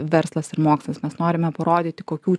verslas ir mokslas mes norime parodyti kokių